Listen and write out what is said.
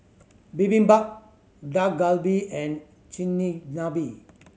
Bibimbap Dak Galbi and Chigenabe